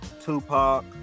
tupac